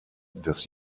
des